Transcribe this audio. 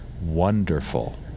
wonderful